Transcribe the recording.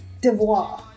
devoir